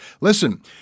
Listen